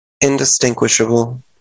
indistinguishable